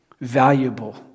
valuable